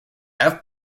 have